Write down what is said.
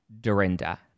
Dorinda